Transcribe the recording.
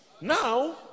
Now